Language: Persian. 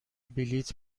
بلیط